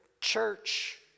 church